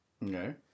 No